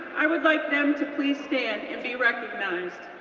i would like them to please stand and be recognized.